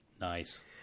Nice